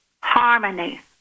harmony